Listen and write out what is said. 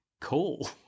Cool